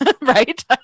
right